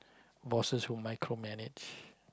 bosses who micro manage